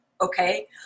okay